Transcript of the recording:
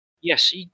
Yes